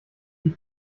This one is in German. die